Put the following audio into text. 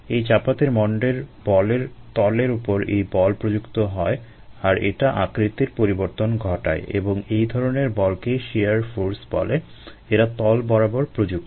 এই চাপাতির মন্ডের বলের তলের উপর এই বল প্রযুক্ত হয় আর এটা আকৃতির পরিবর্তন ঘটায় এবং এই ধরনের বলকেই শিয়ার ফর্স বলে এরা তল বরাবর প্রযুক্ত